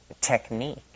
technique